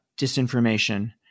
disinformation